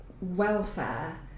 welfare